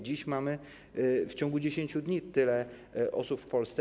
Dziś mamy w ciągu 10 dni tyle osób w Polsce.